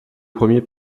premier